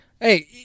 Hey